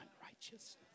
unrighteousness